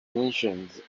mentioned